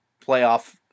playoff